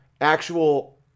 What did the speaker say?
actual